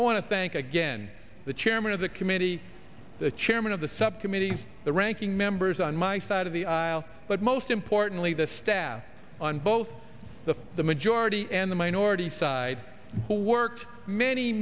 i want to thank again the chairman of the committee the chairman of the subcommittee the ranking members on my side of the aisle but most importantly the staff on both the the majority and the minority side who worked many